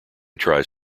tries